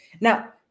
Now